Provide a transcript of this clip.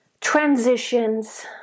transitions